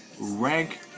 rank